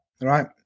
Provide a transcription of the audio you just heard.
Right